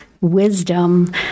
wisdom